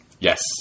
Yes